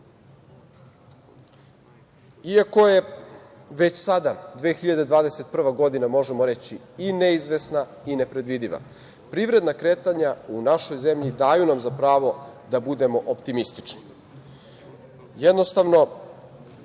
je već sada 2021. godina možemo reći i neizvesna i nepredvidiva, privredna kretanja u našoj zemlji daju nam za pravo da budemo optimistični. Jednostavno